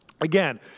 Again